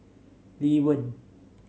Lee Wen